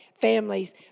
families